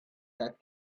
that